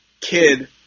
kid